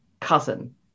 cousin